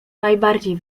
najbardziej